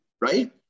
right